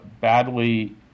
badly